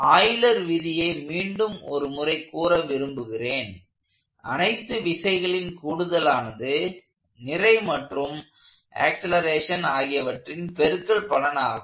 Euler விதியை மீண்டும் ஒரு முறை கூற விரும்புகிறேன் அனைத்து விசைகளின் கூடுதலானது நிறை மற்றும் ஆக்சலேரசஷன் ஆகியவற்றின் பெருக்கற்பலன் ஆகும்